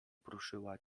prószyła